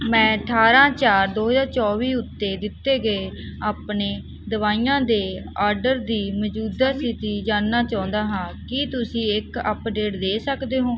ਮੈਂ ਅਠਾਰ੍ਹਾਂ ਚਾਰ ਦੋ ਹਜ਼ਾਰ ਚੌਵੀ ਉੱਤੇ ਦਿੱਤੇ ਗਏ ਆਪਣੇ ਦਵਾਈਆਂ ਦੇ ਆਰਡਰ ਦੀ ਮੌਜੂਦਾ ਸਥਿਤੀ ਜਾਣਨਾ ਚਾਹੁੰਦਾ ਹਾਂ ਕੀ ਤੁਸੀਂ ਇੱਕ ਅਪਡੇਟ ਦੇ ਸਕਦੇ ਹੋ